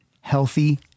healthy